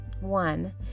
One